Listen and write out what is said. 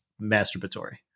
masturbatory